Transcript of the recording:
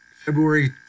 February